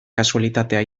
kasualitatea